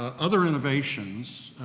ah other innovations,